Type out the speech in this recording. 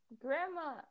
grandma